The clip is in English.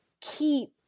keep